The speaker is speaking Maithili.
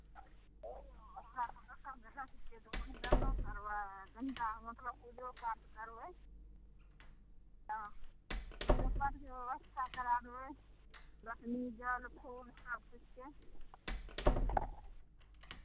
मुण्डनो करबै कनि टा मतलब पूजोपाठ करबै हँ तऽ पूजोपाठके व्यवस्था करा देबै जल फूल सभकिछुके